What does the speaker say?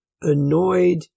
annoyed